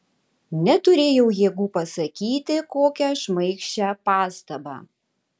neturėjau jėgų pasakyti kokią šmaikščią pastabą